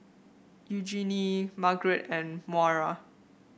Eugenie Margaret and Maura